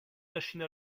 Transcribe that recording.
machine